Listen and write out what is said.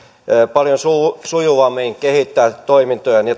paljon sujuvammin kehittää toimintojaan ja